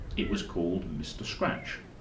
it was called mr scratch,